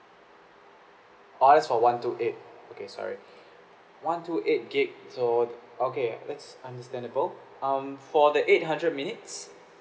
orh is for one two eight okay sorry one two eight gig so okay that's understandable um for the eight hundred minutes